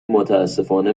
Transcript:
متأسفانه